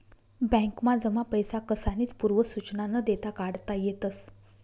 बॅकमा जमा पैसा कसानीच पूर्व सुचना न देता काढता येतस